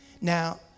Now